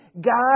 God